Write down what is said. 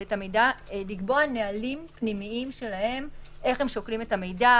את המידע לקבוע נהלים פנימיים שלהם איך הם שוקלים את המידע,